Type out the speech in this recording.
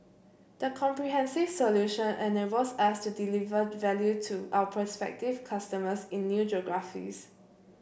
the comprehensive solution enables us to deliver value to our prospective customers in new geographies